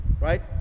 right